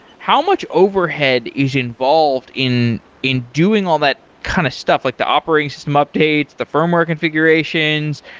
how much overhead is involved in in doing all that kind of stuff, like the operating system updates, the firmware configurations,